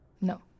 No